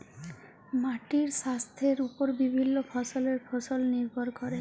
মাটির স্বাইস্থ্যের উপর বিভিল্য ফসলের ফলল লির্ভর ক্যরে